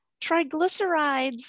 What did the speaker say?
Triglycerides